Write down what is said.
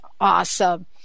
Awesome